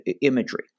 imagery